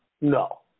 No